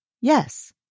yes